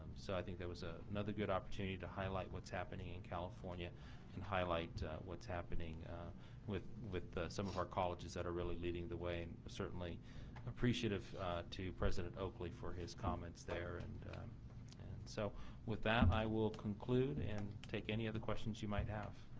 so i think there was ah another good opportunity to highlight what's happening in california and highlight what's happening with with some of our colleges that are leading the way and certainly appreciative to president oakley for his comments there and and so with that, i will conclude and take any other questions you might have.